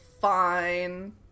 fine